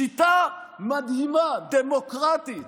שיטה מדהימה, דמוקרטית.